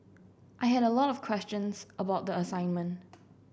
I had a lot of questions about the assignment